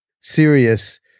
serious